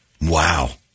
Wow